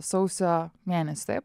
sausio mėnesį taip